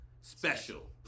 Special